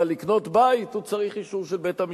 אבל לקנות בית הוא צריך אישור של בית-המשפט,